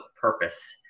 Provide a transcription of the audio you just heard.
purpose